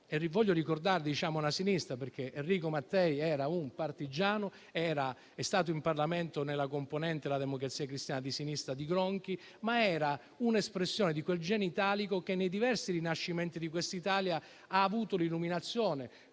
Voglio ricordare alla sinistra che Enrico Mattei era un partigiano, e che in Parlamento faceva parte della componente della Democrazia Cristiana di sinistra di Gronchi, ma era un'espressione di quel genio italico che nei diversi rinascimenti di questa Italia ha avuto l'illuminazione.